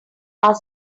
are